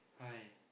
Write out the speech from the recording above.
!aiya!